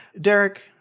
Derek